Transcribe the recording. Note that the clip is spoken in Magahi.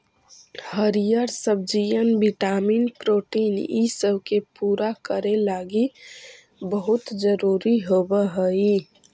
हरीअर सब्जियन विटामिन प्रोटीन ईसब के पूरा करे लागी बहुत जरूरी होब हई